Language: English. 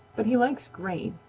but he likes grain,